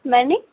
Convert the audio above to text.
ମାନେ